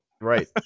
Right